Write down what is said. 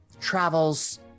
Travels